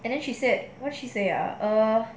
and then she said what she say ah err